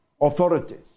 authorities